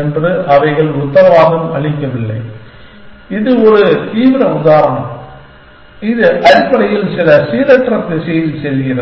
என்று அவைகள் உத்தரவாதம் அளிக்கவில்லை இது ஒரு தீவிர உதாரணம் இது அடிப்படையில் சில சீரற்ற திசையில் செல்கிறது